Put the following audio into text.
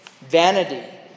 Vanity